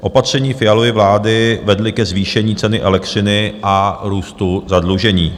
Opatření Fialovy vlády vedla ke zvýšení ceny elektřiny a růstu zadlužení.